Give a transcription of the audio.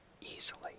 easily